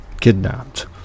kidnapped